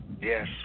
Yes